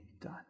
done